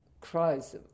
cries